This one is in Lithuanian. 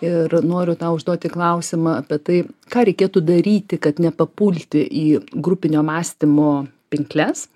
ir noriu tau užduoti klausimą apie tai ką reikėtų daryti kad nepapulti į grupinio mąstymo pinkles